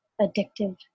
addictive